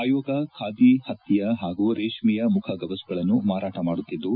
ಆಯೋಗ ಖಾದಿ ಪತ್ತಿಯ ಹಾಗೂ ರೇಷ್ಷೆಯ ಮುಖಗವಸುಗಳನ್ನು ಮಾರಾಟ ಮಾಡುತ್ತಿದ್ದು